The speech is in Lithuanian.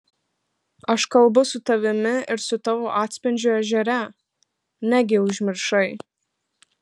aš kalbu su tavimi ir su tavo atspindžiu ežere negi užmiršai